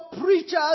preachers